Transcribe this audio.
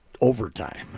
overtime